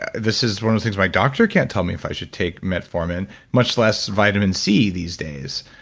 ah this is one of the things my doctor can't tell me if i should take metformin much less vitamin c these days.